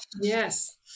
yes